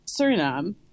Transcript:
Suriname